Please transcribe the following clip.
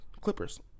Clippers